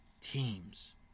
teams